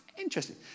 Interesting